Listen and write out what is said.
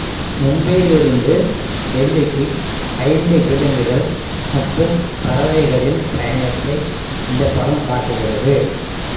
மும்பையில் இருந்து டெல்லிக்கு ஐந்து விலங்குகள் மற்றும் பறவைகளின் பயணத்தை இந்த படம் காட்டுகிறது